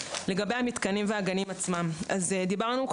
לגבי המתקנים והגנים עצמם: דיברנו,